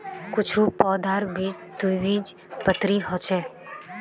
कुछू पौधार बीज द्विबीजपत्री ह छेक